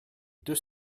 deux